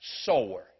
sore